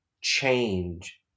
change